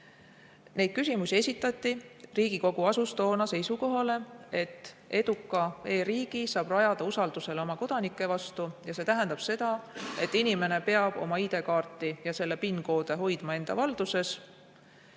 Neid küsimusi esitati. Riigikogu asus toona seisukohale, et eduka e-riigi saab rajada usaldusele oma kodanike vastu, ja see tähendab seda, et inimene peab oma ID-kaarti ja selle PIN-koode hoidma enda valduses.